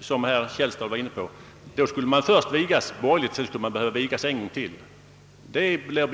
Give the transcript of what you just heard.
som herr Källstad var inne på. Det vore byråkrati om man först skulle vigas borgerligt och sedan behövde vigas ytterligare en gång.